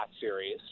series